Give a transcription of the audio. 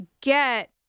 get